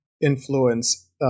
influence